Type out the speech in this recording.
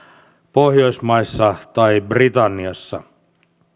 pohjoismaissa tai britanniassa